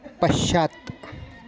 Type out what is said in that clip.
पश्चात्